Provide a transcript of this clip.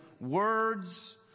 words